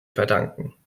verdanken